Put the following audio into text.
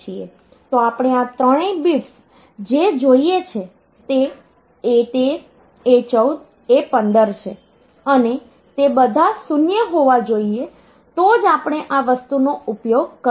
તો આપણે આ ત્રણેય બિટ્સ જે જોઈએ છે તે A13 A14 A15 છે અને તે બધા 0 હોવા જોઈએ તો જ આપણે આ વસ્તુનો ઉપયોગ કરીશું